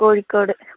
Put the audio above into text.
Kozhikode